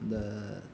அந்த